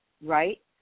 right